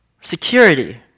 security